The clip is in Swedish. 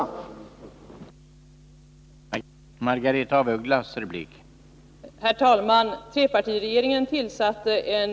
Hur skall man då kunna genomföra en riktig rekonstruktion?